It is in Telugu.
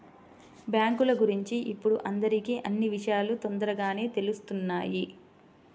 బ్యేంకుల గురించి ఇప్పుడు అందరికీ అన్నీ విషయాలూ తొందరగానే తెలుత్తున్నాయి